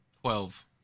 Twelve